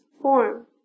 form